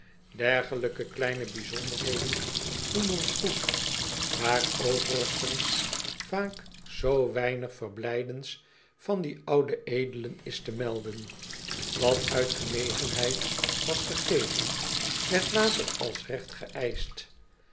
ergelijke kleine bijzonderheden doen ons goed waar overiens vaak zoo weinig verblijdends van die oude